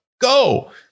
go